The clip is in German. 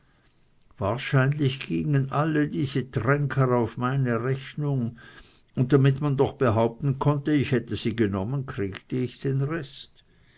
wahrscheinlich gingen alle diese tränker auf meine rechnung und damit man doch behaupten konnte ich hätte sie genommen kriegte ich den rest